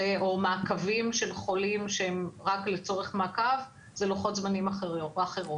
או מעקבים של חולים שהם רק לצורך מעקב אלה לוחות זמנים אחרים.